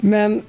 Men